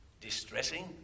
Distressing